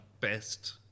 best